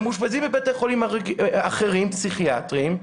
והם מאושפזים בבתי חולים פסיכיאטריים אחרים,